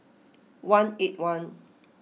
one eight one